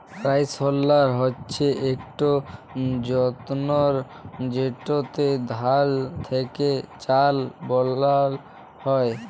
rice huller হছে ইকট যল্তর যেটতে ধাল থ্যাকে চাল বালাল হ্যয়